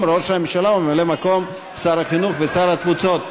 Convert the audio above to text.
ראש הממשלה וממלא-מקום שר החינוך ושר התפוצות.